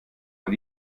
man